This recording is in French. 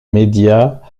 médias